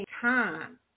time